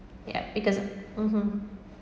ya because (uh huh)